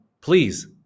Please